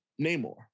Namor